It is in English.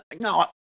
No